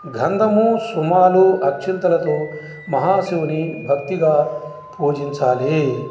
గంధము సుమాలు అక్షంతలతో మహాశివుని భక్తిగా పూజించాలి